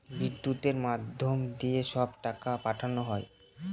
বিদ্যুতের মাধ্যম দিয়ে সব টাকা পাঠানো হয়